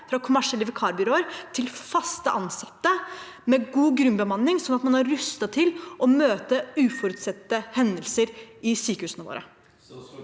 fra kommersielle vikarbyråer til fast ansatte med god grunnbemanning, sånn at man er rustet til å møte uforutsette hendelser i sykehusene våre.